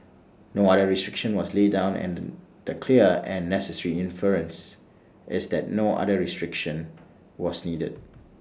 no other restriction was laid down and the the clear and necessary inference is that no other restriction was needed